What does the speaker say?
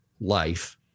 life